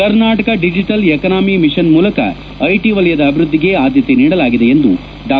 Karnataka digital economy mission ಮೂಲಕ IT ವಲಯದ ಅಭಿವ್ಯದ್ದಿಗೆ ಆದ್ಯತೆ ನೀಡಲಾಗಿದೆ ಎಂದು ಡಾ